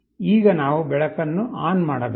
ಈಗ ನಾವು ಬೆಳಕನ್ನು ಆನ್ ಮಾಡಬೇಕು